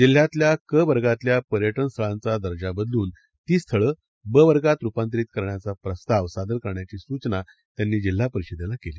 जिल्ह्यातल्या क वर्गातल्या पर्यटनस्थळांचा दर्जा बदलून ती स्थळं ब वर्गात रूपांतरित करण्याचा प्रस्ताव सादर करण्याची सूचना त्यांनी जिल्हा परिषदेला केली